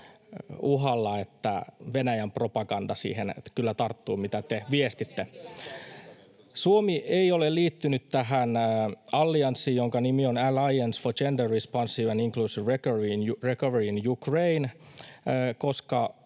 — Välihuutoja sosiaalidemokraattien ryhmästä] Suomi ei ole liittynyt tähän allianssiin, jonka nimi on Alliance for Gender-Responsive and Inclusive Recovery in Ukraine, koska